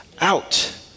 out